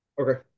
Okay